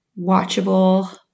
watchable